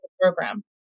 program